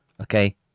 Okay